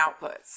outputs